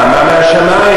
מה, מה מן השמים?